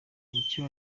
icyo